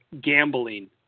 gambling